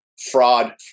fraud